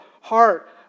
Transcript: heart